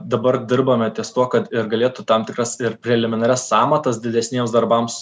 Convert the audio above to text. dabar dirbame ties tuo kad ir galėtų tam tikras ir preliminarias sąmatas didesniems darbams